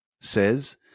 says